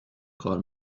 کار